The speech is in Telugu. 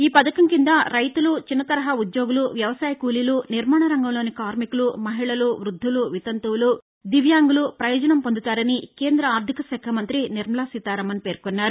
ఈ పధకం కింద రైతులు చిన్న తరహా ఉద్యోగులు వ్యవసాయ కూలీలు నిర్మాణ రంగంలోని కార్మికులు మహిళలు వృద్దులు వితంతువులు దివ్యాంగులు ప్రయోజనం పొందుతారని కేంద ఆర్దిక శాఖ మంతి నిర్మలా సీతారామన్ పేర్కొన్నారు